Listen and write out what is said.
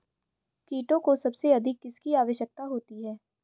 कीटों को सबसे अधिक किसकी आवश्यकता होती है?